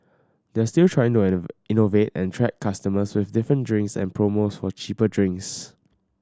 they're still trying to innovate and attract customers with different drinks and promos for cheaper drinks